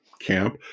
camp